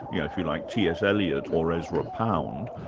yeah if you like, t. s. eliot, or ezra pound.